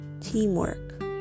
teamwork